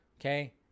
okay